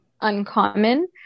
uncommon